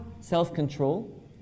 self-control